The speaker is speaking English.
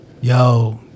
yo